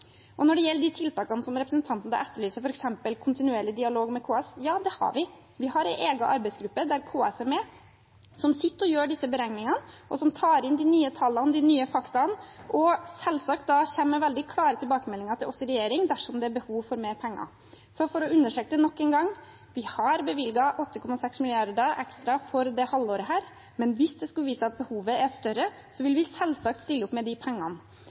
Når det gjelder de tiltakene som representanten etterlyser, f.eks. kontinuerlig dialog med KS: Ja, det har vi. Vi har en egen arbeidsgruppe der KS er med, som sitter og gjør disse beregningene, og som tar inn de nye tallene, de nye faktaene, og som selvsagt kommer med veldig klare tilbakemeldinger til oss i regjering dersom det er behov for mer penger. For å understreke det nok en gang: Vi har bevilget 8,6 mrd. kr ekstra for dette halvåret, men hvis det skulle vise seg at behovet er større, vil vi selvsagt stille opp med de pengene.